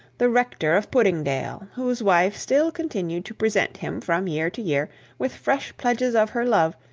the rector of puddingdale, whose wife still continued to present him from year to year with fresh pledges of her love,